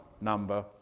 number